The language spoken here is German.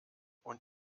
und